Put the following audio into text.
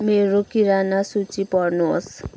मेरो किराना सूची पढ्नुहोस्